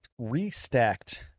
restacked